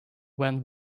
when